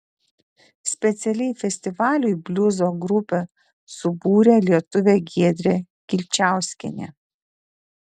specialiai festivaliui bliuzo grupę subūrė lietuvė giedrė kilčiauskienė